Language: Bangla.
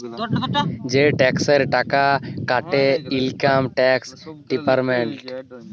যে টেকসের টাকা কাটে ইলকাম টেকস ডিপার্টমেল্ট